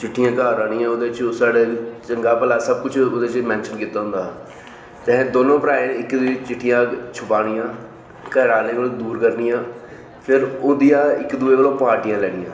चिट्ठियां घर आनियां ओह्दे च साढ़े चंगा भला सबकिश ओह्दे बिच मैनशन कीता दा होंदा हा ते असें दोनें भ्राएं इक दुऐ दियां चिट्ठियां छुपानियां घरें आह्ले कोला दूर करनियां फिर ओह्दियां इक दुऐ कोला पार्टियां लैनियां